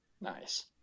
Nice